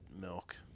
milk